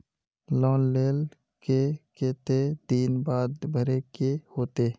Loan लेल के केते दिन बाद भरे के होते?